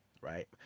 right